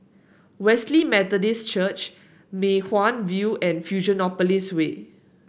Wesley Methodist Church Mei Hwan View and Fusionopolis Way